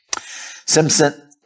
Simpson